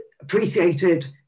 appreciated